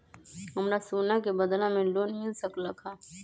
हमरा सोना के बदला में लोन मिल सकलक ह?